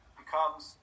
becomes